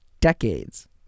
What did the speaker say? decades